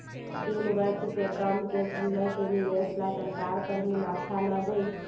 तीन वर्ष से कम के सीमा के निवेश ला सरकार कर मुनाफा ना देई